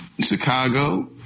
Chicago